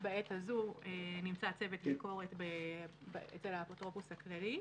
בעת הזו נמצא צוות ביקורת אצל האפוטרופוס הכללי.